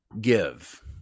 give